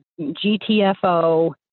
GTFO